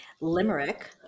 Limerick